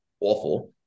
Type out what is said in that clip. awful